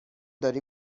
داری